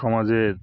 সমাজের